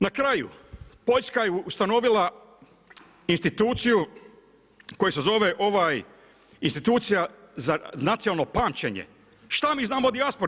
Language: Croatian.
Na kraju, Poljska je ustanovila instituciju koja se zova Institucija za nacionalno pamćenje, šta mi znamo o dijaspori?